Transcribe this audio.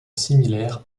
similaire